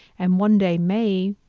and one day may,